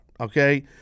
okay